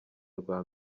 rwa